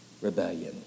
rebellion